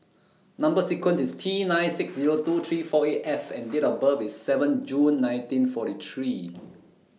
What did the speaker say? Number sequence IS T nine six Zero two three four eight F and Date of birth IS seven June nineteen forty three